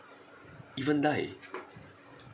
even die